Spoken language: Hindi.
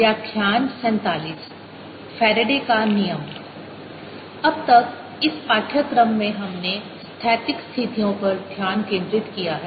व्याख्यान 47 फैराडे का नियम अब तक इस पाठ्यक्रम में हमने स्थैतिक स्थितियों पर ध्यान केंद्रित किया है